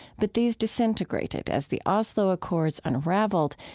but these disintegrated as the oslo accords unraveled,